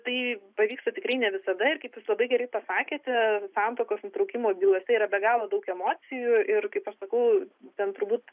tai pavyksta tikrai ne visada ir kaip jūs labai gerai pasakėte santuokos nutraukimo bylose yra be galo daug emocijų ir kaip aš sakau ten turbūt